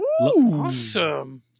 Awesome